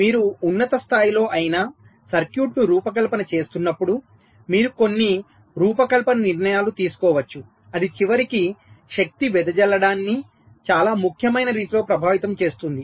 మీరు ఉన్నత స్థాయిలో అయినా సర్క్యూట్ను రూపకల్పన చేస్తున్నప్పుడు మీరు కొన్ని రూపకల్పన నిర్ణయాలు తీసుకోవచ్చు అది చివరికి శక్తి వెదజల్లడాన్ని చాలా ముఖ్యమైన రీతిలో ప్రభావితం చేస్తుంది